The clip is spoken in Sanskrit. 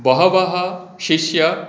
बहवः शिष्य